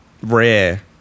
rare